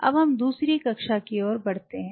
अब हम दूसरी कक्षा की ओर बढ़ते हैं